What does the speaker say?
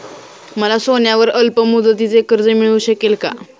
मला सोन्यावर अल्पमुदतीचे कर्ज मिळू शकेल का?